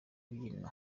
abyina